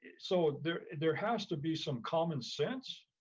yeah so there there has to be some common sense,